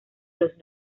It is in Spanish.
los